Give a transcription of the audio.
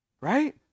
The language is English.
right